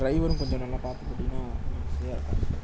டிரைவரும் கொஞ்சம் நல்லா பார்த்து போட்டிங்கன்னா வசதியாக இருக்கும்